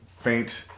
faint